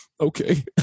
okay